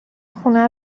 خونه